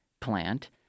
plant